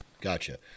gotcha